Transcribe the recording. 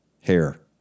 Hair